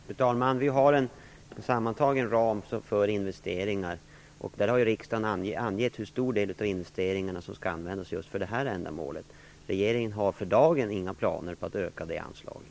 Fru talman! Vi har en sammantagen ram för investeringar, och riksdagen har angivit hur stor del av investeringarna som skall användas för just det här ändamålet. Regeringen har för dagen inga planer på att öka det anslaget.